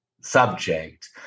subject